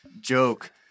joke